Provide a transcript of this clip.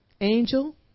Angel